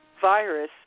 virus